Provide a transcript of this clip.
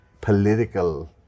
political